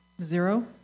Zero